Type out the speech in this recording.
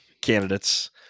candidates